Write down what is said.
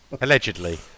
allegedly